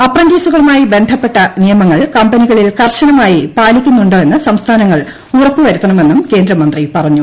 അപ്രന്റീസുകളുമായി ബ്ന്ധപ്പെട്ട നിയമങ്ങൾ കമ്പനികളിൽകർശനമായി പാലിക്കുന്നു ന്ന്സംസ്ഥാനങ്ങൾ ഉറപ്പുവരുത്തണമെന്നുംകേന്ദ്ര മൂന്ത്രി പറഞ്ഞു